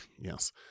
Yes